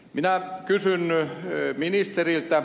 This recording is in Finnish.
minä kysyn ministeriltä